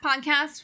podcast